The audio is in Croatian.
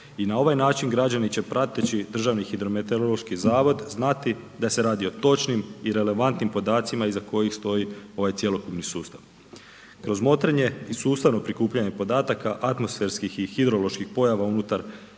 i na ovaj način građani će DHMZ znati da se radi o točnim i relevantnim podacima iza kojih stoji ovaj cjelokupni sustav. Kroz motrenje i sustavno prikupljanje podataka atmosferskih i hidroloških pojava unutar